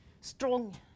strong